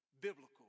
biblical